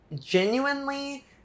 genuinely